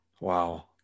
Wow